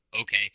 okay